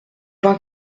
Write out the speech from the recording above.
vingt